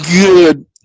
good